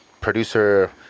producer